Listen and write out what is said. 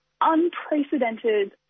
unprecedented